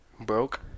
broke